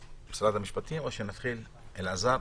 אלעזר.